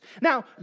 Now